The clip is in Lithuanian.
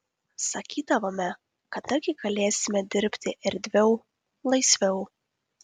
sakydavome kada gi galėsime dirbti erdviau laisviau